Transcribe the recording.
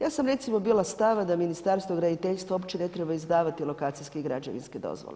Ja sam recimo bila stava da Ministarstvo graditeljstva uopće ne treba izdavati lokacijske i građevinske dozvole.